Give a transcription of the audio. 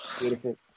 beautiful